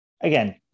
again